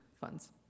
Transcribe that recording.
funds